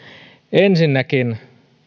ensinnäkin